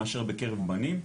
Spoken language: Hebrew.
מאשר בקרב בנים.